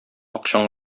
акчаң